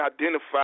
identify